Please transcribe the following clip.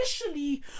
officially-